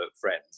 friends